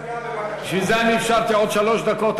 בשביל זה אני אפשרתי עוד שלוש דקות,